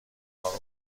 اروم